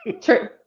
true